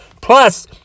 Plus